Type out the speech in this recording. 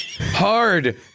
Hard